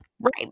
Right